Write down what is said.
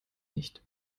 nicht